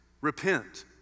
repent